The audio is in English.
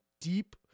deep